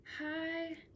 hi